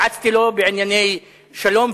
יעצתי לו בענייני שלום,